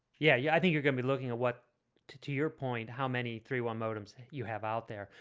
yeah. yeah, i think you're gonna be looking at what to to your point how many three one modems you have out there?